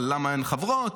למה אין חברות,